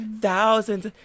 thousands